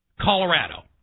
Colorado